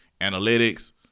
analytics